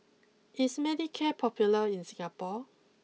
is Manicare popular in Singapore